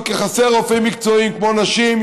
כי חסרים רופאים מקצועיים כמו רופאי נשים,